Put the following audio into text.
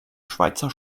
schweizer